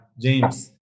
james